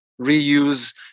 reuse